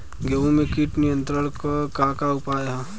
गेहूँ में कीट नियंत्रण क का का उपाय ह?